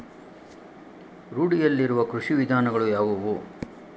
ರೂಢಿಯಲ್ಲಿರುವ ಕೃಷಿ ವಿಧಾನಗಳು ಯಾವುವು?